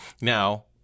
Now